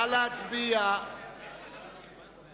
נא להצביע מי בעד,